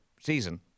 season